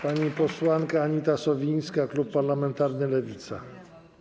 Pani posłanka Anita Sowińska, klub parlamentarny Lewica.